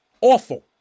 Awful